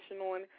on